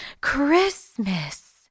Christmas